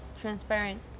transparent